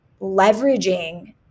leveraging